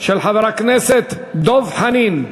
של חבר הכנסת דב חנין.